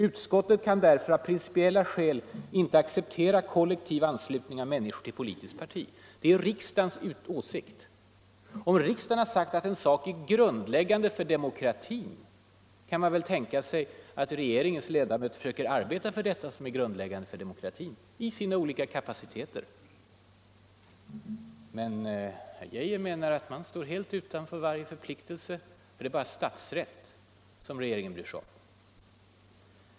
Utskottet kan därför av principiella skäl inte acceptera kollektiv anslutning av människor till politiskt parti.” Om riksdagen har sagt att en sak är ”grundläggande för demokratin” kan man väl tänka sig att regeringens ledamöter i sina olika kapaciteter försöker arbeta för detta som är ”grundläggande för demokratin”. Men herr Geijer menar att han står helt utanför varje förpliktelse — det är ju bara statsrätt som regeringen bryr sig om.